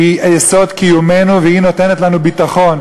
היא יסוד קיומנו, והיא נותנת לנו ביטחון.